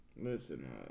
Listen